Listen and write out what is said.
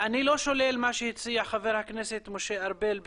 אני לא שולל מה שהציע חבר הכנסת משה ארבל,